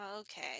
okay